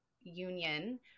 union